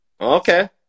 Okay